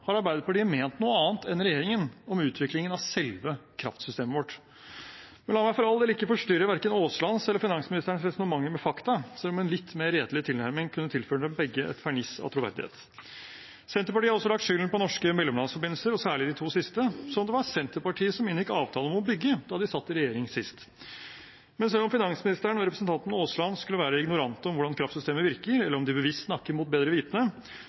har Arbeiderpartiet ment noe annet enn regjeringen om utviklingen av selve kraftsystemet vårt. Men la meg for all del ikke forstyrre verken Aaslands eller finansministerens resonnementer med fakta, selv om en litt mer redelig tilnærming kunne tilført dem begge et ferniss av troverdighet. Senterpartiet har også lagt skylden på norske mellomlandsforbindelser, særlig de to siste, som det var Senterpartiet som inngikk avtale om å bygge da de satt i regjering sist. Men selv om finansministeren og representanten Aasland skulle være ignorante om hvordan kraftsystemer virker, eller om de bevisst snakker mot bedre vitende,